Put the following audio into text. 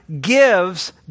gives